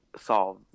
solve